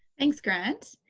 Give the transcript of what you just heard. thanks, grant.